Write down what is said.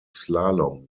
slalom